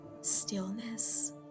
stillness